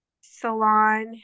salon